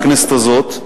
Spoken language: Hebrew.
בכנסת הזאת,